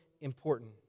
important